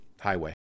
Highway